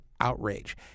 outrage